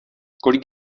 kolik